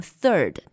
third